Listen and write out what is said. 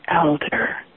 elder